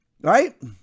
right